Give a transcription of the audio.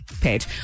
page